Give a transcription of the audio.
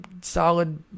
solid